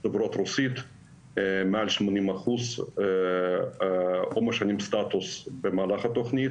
ממדינות דוברות רוסית מעל 80% או משנים סטטוס במהלך התוכנית